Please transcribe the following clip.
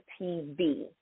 TV